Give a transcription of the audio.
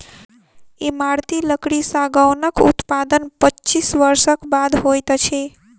इमारती लकड़ी सागौनक उत्पादन पच्चीस वर्षक बाद होइत अछि